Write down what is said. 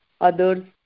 others